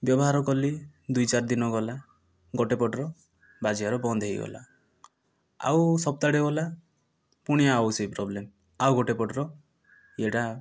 ବ୍ୟବହାର କଲି ଦୁଇ ଚାରି ଦିନ ଗଲା ଗୋଟିଏ ପଟର ବାଜିବାର ବନ୍ଦ ହୋଇଗଲା ଆଉ ସପ୍ତାହଟିଏ ଗଲା ପୁଣି ଆଉ ସେ ପ୍ରବ୍ଲେମ୍ ଗୋଟେ ପଟର ଇୟେ ଟା